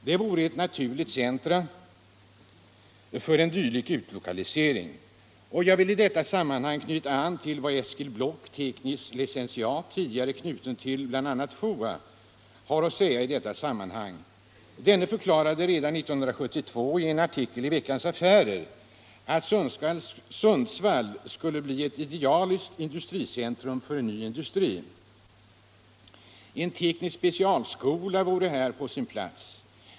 Det vore ett naturligt centrum för en dylik utlokalisering. Jag vill här knyta an til! vad tekn. lic. Eskil Block, tidigare knuten till bl.a. FOA, har att säga i detta sammanhang. Denne förklarade redan 1972 i en artikel i Veckans Affärer att Sundsvall borde bli ett idealiskt industricentrum för ny industri. En teknisk specialskola vore här på sin plats.